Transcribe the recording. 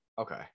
Okay